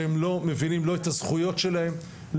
שהם לא מבינים את הזכויות שלהם,